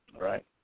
right